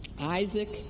Isaac